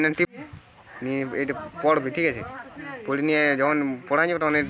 পশুদের নির্গমন থেকে যে সার বানিয়ে চাষের লিগে কাজে লাগতিছে